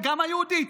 וגם בחברה היהודית,